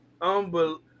unbelievable